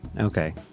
Okay